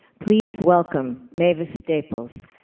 please welcome, mavis staples.